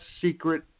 secret